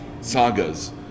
sagas